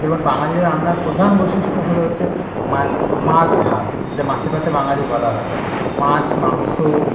যেমন বাঙালি রান্নার প্রধান বৈশিষ্ট্য হল হচ্ছে মাছ ভাত যেটা মাছে ভাতে বাঙালি বলা হয় মাছ মাংস